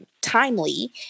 timely